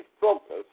focus